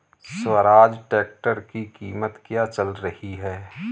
Swaraj tractor की कीमत क्या चल रही है?